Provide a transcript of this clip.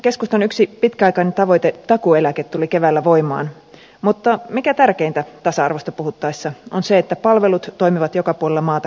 keskustan yksi pitkäaikainen tavoite takuueläke tuli keväällä voimaan mutta mikä tärkeintä tasa arvosta puhuttaessa on se että palvelut toimivat joka puolella maata kaiken ikäisillä